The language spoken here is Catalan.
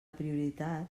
prioritat